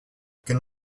can